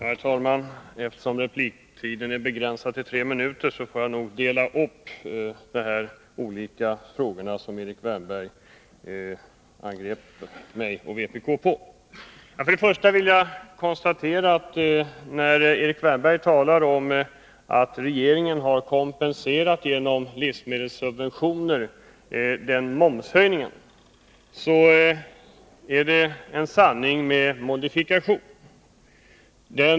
Herr talman! Eftersom repliktiden är begränsad till tre minuter får jag nog göra en uppdelning i två repliker för att bemöta Erik Wärnbergs angrepp på mig och vpk. Jag konstaterar till att börja med att Erik Wärnbergs tal om att regeringen har kompenserat momshöjningen genom livsmedelssubventioner är en sanning med modifikation.